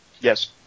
Yes